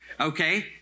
Okay